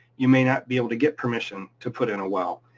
you may not be able to get permission to put in a well